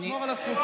תשמור על הסדר.